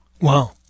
Wow